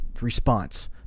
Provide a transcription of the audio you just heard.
response